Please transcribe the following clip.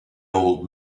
old